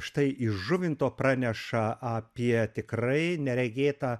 štai iš žuvinto praneša apie tikrai neregėtą